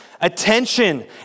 attention